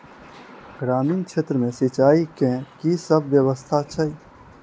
ग्रामीण क्षेत्र मे सिंचाई केँ की सब व्यवस्था छै?